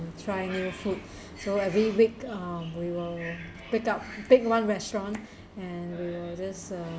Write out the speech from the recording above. and try new food so every week um we will pick up pick one restaurant and we will just uh